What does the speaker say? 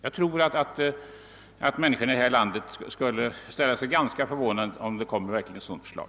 Jag tror att människorna här i landet skulle bli ganska förvånade om det verkligen komme ett sådant förslag.